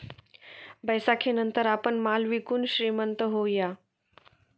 बैसाखीनंतर आपण माल विकून श्रीमंत होऊया